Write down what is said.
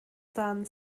dan